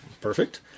Perfect